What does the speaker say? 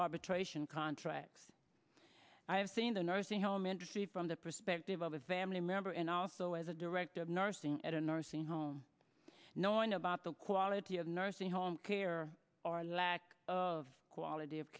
arbitration contracts i have seen the nursing home industry from the perspective of a family member and also as a director of nursing at a nursing home knowing about the quality of nursing home care or lack of quality of